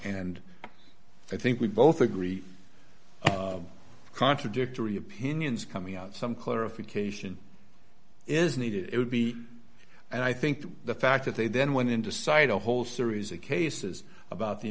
and i think we both agree contradictory opinions coming out some clarification is needed it would be and i think the fact that they then went into cite a whole series of cases about the